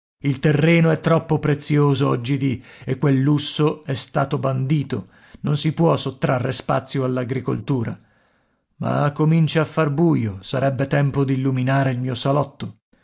il terreno è troppo prezioso oggidì e quel lusso è stato bandito non si può sottrarre spazio all'agricoltura ma comincia a far buio sarebbe tempo d'illuminare il mio salotto